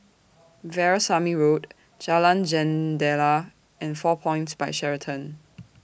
Veerasamy Road Jalan Jendela and four Points By Sheraton